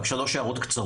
יש לי שלוש הערות קצרות.